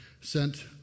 sent